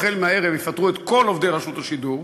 החל מהערב יפטרו את כל עובדי רשות השידור,